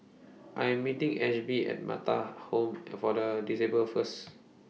I Am meeting Ashby At Metta Home For The Disabled First